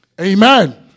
Amen